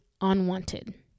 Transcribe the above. unwanted